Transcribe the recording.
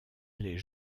les